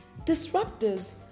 Disruptors